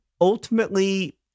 ultimately